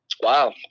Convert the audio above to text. Wow